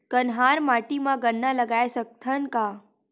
कन्हार माटी म गन्ना लगय सकथ न का?